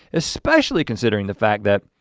especially considering the fact that,